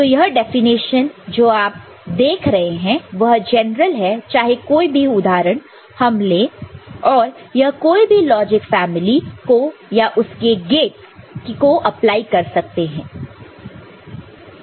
तो यह डेफिनेशन जो आप देख रहे हैं वह जनरल है चाहे कोई भी उदाहरण हम ले और यह कोई भी लॉजिक फैमिली को या उसके गेट्स को अप्लाई कर सकते हैं